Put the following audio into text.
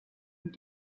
und